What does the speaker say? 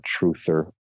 truther